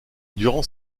durant